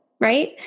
right